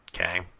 okay